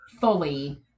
fully